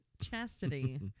Chastity